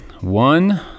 one